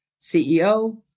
CEO